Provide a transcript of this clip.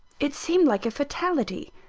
it seemed like a fatality.